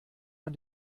man